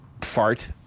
fart